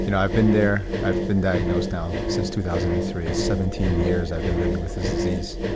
you know i've been there. i've been diagnosed now since two thousand and three. seventeen years i've been living with this disease.